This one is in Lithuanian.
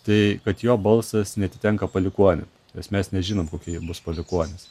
tai kad jo balsas neatitenka palikuonim nes mes nežinom kokie bus palikuonys